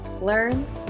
Learn